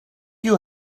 you